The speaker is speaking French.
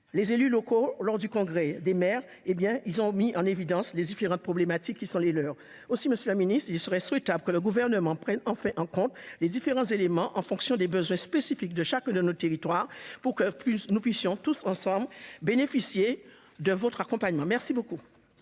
: lors du dernier congrès des maires, ils ont mis en évidence les problématiques qui leur sont propres. Aussi, monsieur le ministre, il serait souhaitable que le Gouvernement prenne en compte ces différents éléments en fonction des besoins spécifiques de chacun de nos territoires, pour que nous puissions tous ensemble bénéficier de son accompagnement. La parole